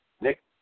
Nick